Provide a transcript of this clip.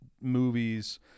movies